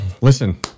Listen